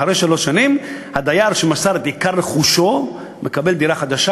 אחרי שלוש שנים הדייר שמסר את עיקר רכושו מקבל דירה חדשה,